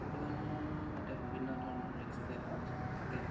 পশুপালনৰ সৈতে বিভিন্ন ধৰণৰ ৰিস্ক ফেক্ট থাকে